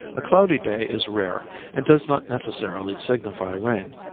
a cloudy day is rare and does not necessarily signify rain.